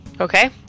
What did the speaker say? Okay